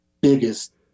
biggest